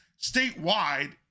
statewide